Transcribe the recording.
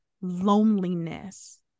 loneliness